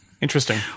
interesting